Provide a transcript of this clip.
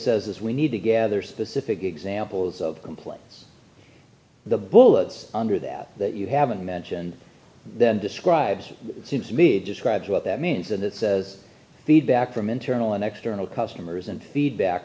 says as we need to gather specific examples of complaints the bullets under that that you haven't mentioned then describes it seems to me describes what that means and it says feedback from internal and external customers and feedback